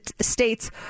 states